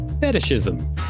fetishism